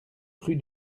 rue